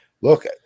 Look